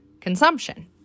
consumption